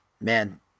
man